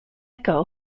echo